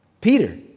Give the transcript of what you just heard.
Peter